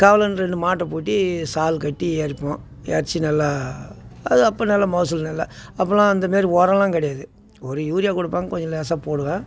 கவளைனு ரெண்டு மாட்டை பூட்டி சால் கட்டி எரிப்போம் எரிச்சு நல்லா அது அப்போ நல்லா மகசூல் நல்லா அப்போலாம் இந்த மாதிரி ஒரமெலாம் கிடையாது ஒரு யூரியா கொடுப்பாங்க கொஞ்சோம் லேசாக போடுவேன்